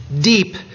deep